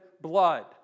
blood